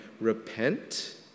Repent